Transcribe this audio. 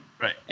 Right